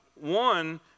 One